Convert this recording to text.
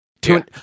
two